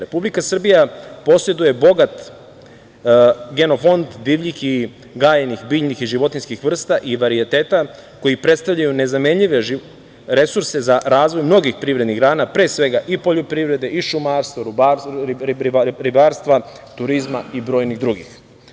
Republika Srbija poseduje bogat genofond divljih i gajenih biljnih i životinjskih vrsta i varijeteta, koji predstavljaju nezamenljive resurse za razvoj mnogih privrednih grana, pre svega i poljoprivrede, i šumarstvo, ribarstva, turizma i brojnih drugih.